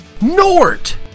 Nort